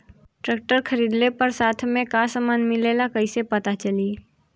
Tractor खरीदले पर साथ में का समान मिलेला कईसे पता चली?